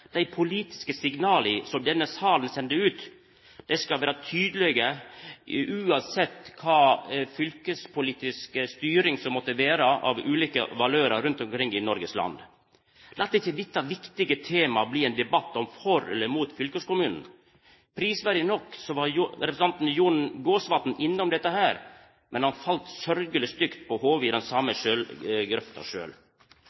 dei politiske signala som denne salen sender ut, skal vera tydelege, uansett kva fylkespolitisk styring som måtte vera av ulike valørar rundt omkring i Noregs land. Lat ikkje dette viktige temaet bli ein debatt for eller imot fylkeskommunen. Prisverdig nok var representanten Jon Jæger Gåsvatn innom dette, men han fall sjølv sørgjeleg stygt på hovudet i den